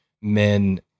men